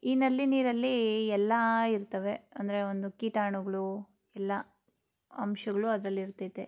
ಈ ನಳ್ಳಿ ನೀರಲ್ಲಿ ಎಲ್ಲ ಇರ್ತವೆ ಅಂದರೆ ಒಂದು ಕೀಟಾಣುಗಳು ಎಲ್ಲ ಅಂಶಗಳು ಅದ್ರಲ್ಲಿ ಇರ್ತೈತೆ